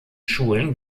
schulen